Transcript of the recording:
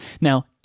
Now